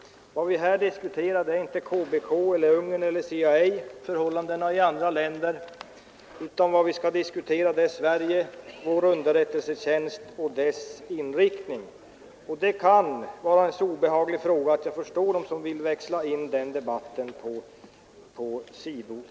Vad vi här diskuterar är inte KGB eller Ungern eller CIA och förhållandena i andra länder, utan vad vi skall diskutera är Sveriges underrättelsetjänst och dess inriktning. Det kan vara en så obehaglig fråga att jag förstår dem som vill växla in debatten på ett sidospår.